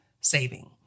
saving